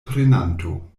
prenanto